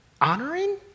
Honoring